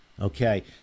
Okay